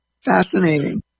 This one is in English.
Fascinating